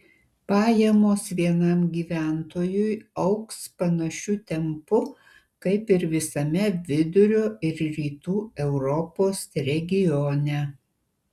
pajamos vienam gyventojui augs panašiu tempu kaip ir visame vidurio ir rytų europos regione